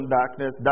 darkness